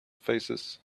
faces